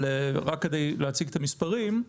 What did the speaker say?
רק כדי להציג את המספרים.